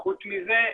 חוץ מזה,